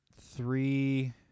Three